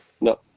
No